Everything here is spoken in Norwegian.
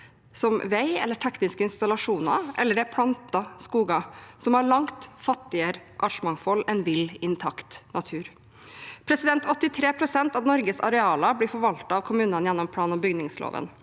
som vei eller tekniske installasjoner, eller det er plantede skoger som har langt fattigere artsmangfold enn vill, intakt natur. Av Norges arealer blir 83 pst. forvaltet av kommunene gjennom plan- og bygningsloven.